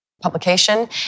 publication